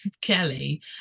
Kelly